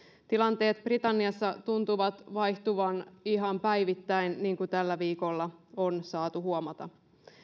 tilanteet britanniassa tuntuvan vaihtuvan ihan päivittäin niin kuin tällä viikolla on saatu huomata